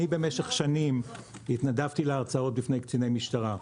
אני במשך שנים התנדבתי להרצאות בפני קציני משטרה,